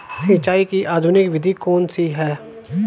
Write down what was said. सिंचाई की आधुनिक विधि कौन सी है?